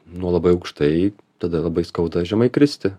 nuo labai aukštai tada labai skauda žemai kristi